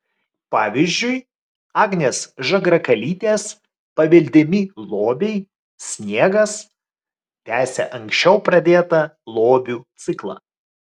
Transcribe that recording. pavyzdžiui agnės žagrakalytės paveldimi lobiai sniegas tęsia anksčiau pradėtą lobių ciklą